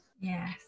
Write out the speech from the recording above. Yes